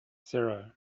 zero